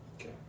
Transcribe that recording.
Okay